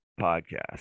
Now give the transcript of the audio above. Podcast